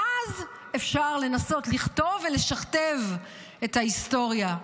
ואז אפשר לנסות לכתוב ולשכתב את ההיסטוריה.